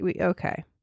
Okay